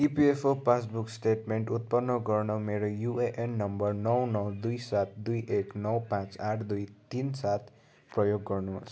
EPFO passbook statement उत्पन्न गर्न मेरो युएएन नम्बर नौ नौ दुई सात दुई एक नौ पाँच आठ दुई तिन सात प्रयोग गर्नुहोस्